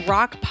Rock